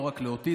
לא רק לאוטיזם.